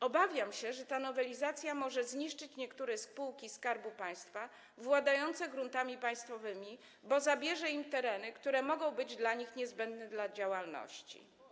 Obawiam się, że ta nowelizacja może zniszczyć niektóre spółki Skarbu Państwa władające gruntami państwowymi, bo zabierze im tereny, które mogą być dla nich niezbędne do prowadzenia działalności.